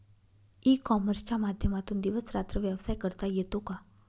E कॉमर्सच्या माध्यमातून दिवस रात्र व्यवसाय करता येतो का?